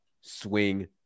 swing